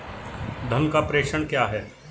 धन का प्रेषण क्या है?